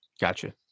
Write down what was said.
Gotcha